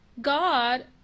God